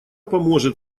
поможет